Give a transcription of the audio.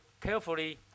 carefully